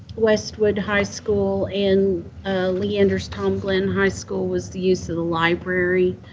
westwood high school and leander's tom glenn high school was the use of the library